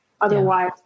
Otherwise